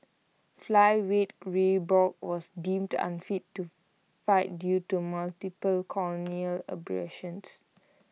flyweight ray Borg was deemed unfit to fight due to multiple corneal abrasions